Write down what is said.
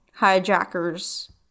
hijacker's